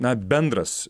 na bendras